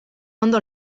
ondo